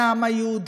מהעם היהודי.